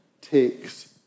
takes